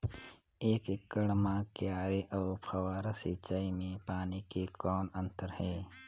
एक एकड़ म क्यारी अउ फव्वारा सिंचाई मे पानी के कौन अंतर हे?